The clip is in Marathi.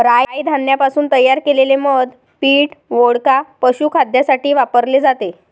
राय धान्यापासून तयार केलेले मद्य पीठ, वोडका, पशुखाद्यासाठी वापरले जाते